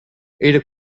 era